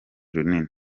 runini